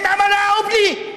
עם עמלה ובלי.